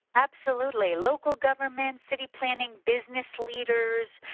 absolutely. local government, city planning, business leaders,